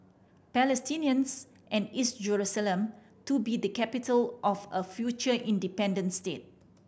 Palestinians and East Jerusalem to be the capital of a future independent state